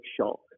shock